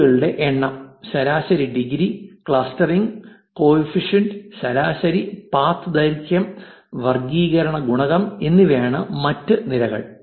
അരികുകളുടെ എണ്ണം ശരാശരി ഡിഗ്രി ക്ലസ്റ്ററിംഗ് കോഫിഷ്യന്റ് ശരാശരി പാത്ത് ദൈർഘ്യം വർഗ്ഗീകരണ ഗുണകം എന്നിവയാണ് മറ്റ് നിരകൾ